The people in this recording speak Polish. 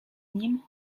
nim